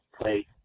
play